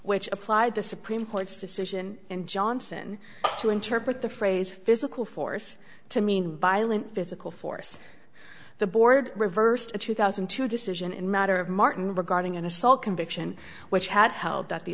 which applied the supreme court's decision in johnson to interpret the phrase physical force to mean by law and physical force the board reversed a two thousand and two decision in matter of martin regarding an assault conviction which had held that